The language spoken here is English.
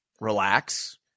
Relax